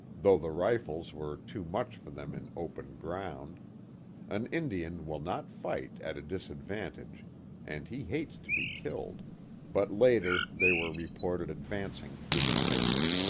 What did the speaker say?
though the rifles were too much for them in open ground an indian will not fight at a disadvantage and he hates to be killed but later they were re ported advancing through the timber.